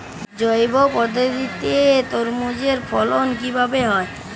জৈব পদ্ধতিতে তরমুজের ফলন কিভাবে হয়?